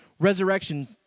Resurrection